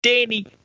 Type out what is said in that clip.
Danny